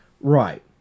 Right